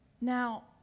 Now